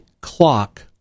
clock